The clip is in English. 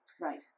right